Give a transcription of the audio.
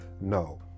no